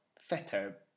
fitter